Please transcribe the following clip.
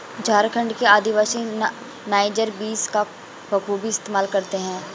झारखंड के आदिवासी नाइजर बीज का बखूबी इस्तेमाल करते हैं